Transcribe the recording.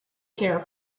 care